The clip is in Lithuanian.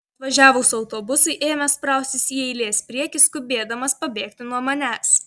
atvažiavus autobusui ėmė spraustis į eilės priekį skubėdamas pabėgti nuo manęs